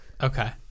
Okay